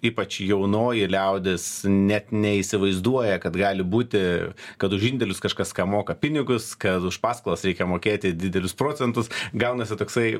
ypač jaunoji liaudis net neįsivaizduoja kad gali būti kad už indėlius kažkas ką moka pinigus kad už paskolas reikia mokėti didelius procentus gaunasi toksai